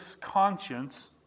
conscience